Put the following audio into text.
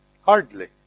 Hardly